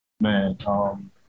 man